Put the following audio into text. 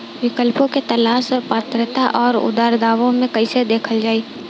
विकल्पों के तलाश और पात्रता और अउरदावों के कइसे देखल जाइ?